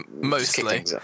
mostly